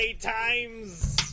Times